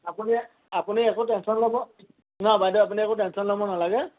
আপুনি আপুনি একো টেনশ্যন ল'ব নালাগে বাইদেউ আপুনি একো টেনশ্যন ল'ব নালাগে